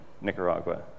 Nicaragua